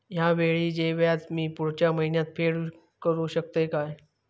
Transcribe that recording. हया वेळीचे व्याज मी पुढच्या महिन्यात फेड करू शकतय काय?